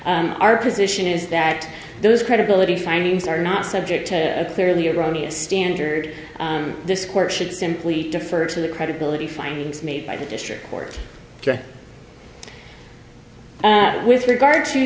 what our position is that those credibility findings are not subject to a clearly erroneous standard this court should simply defer to the credibility findings made by the district court with regard to